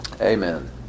Amen